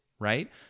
Right